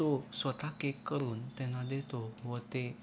तो स्वत केक करून त्यांना देतो व ते